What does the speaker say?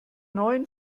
neuen